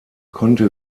konnte